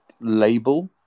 label